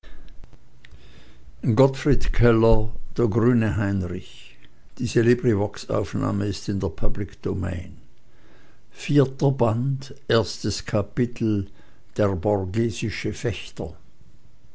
gottfried keller der